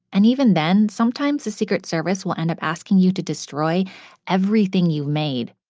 and even then sometimes the secret service will end up asking you to destroy everything you've made.